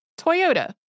Toyota